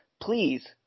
please